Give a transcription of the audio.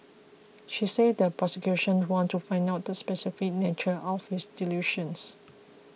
she said the prosecution wants to find out the specific nature of his delusions